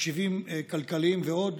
תחשיבים כלכליים ועוד.